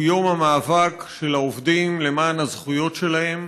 הוא יום המאבק של העובדים למען הזכויות שלהם,